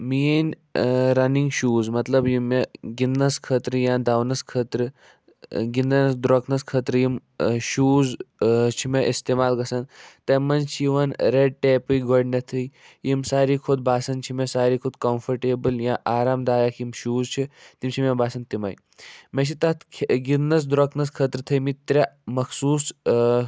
میٛٲنۍ running shoes مطلب یِم مےٚ گِنٛدَس خٲطرٕ یا دَونَس خٲطرٕ گِنٛدنَس درۄکنَس خٲطرٕ یِم شوٗز چھِ مےٚ استعمال گژھان تَمہِ منٛز چھِ یِوان رٮ۪ڈ ٹیپٕکۍ گۄڈٕنٮ۪تھٕے یِم ساروی کھۄتہٕ باسان چھِ مےٚ ساروی کھۄتہٕ کمفٲٹیبٕل یا آرام دایَک یِم شوٗز چھِ تِم چھِ مےٚ باسان تِمَے مےٚ چھِ تَتھ گِنٛدنَس درۄکنَس خٲطرٕ تھٲیِمٕتۍ ترٛےٚ مخصوٗص